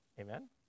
Amen